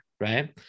right